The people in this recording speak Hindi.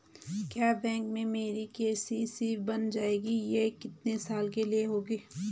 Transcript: क्या बैंक में मेरी के.सी.सी बन जाएगी ये कितने साल के लिए होगी?